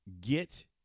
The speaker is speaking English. get